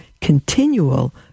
continual